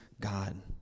God